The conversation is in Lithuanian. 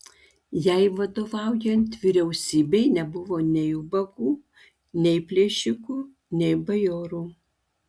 jai vadovaujant vyriausybei nebuvo nei ubagų nei plėšikų nei bajorų